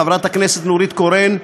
חברת הכנסת נורית קורן,